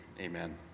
Amen